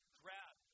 grab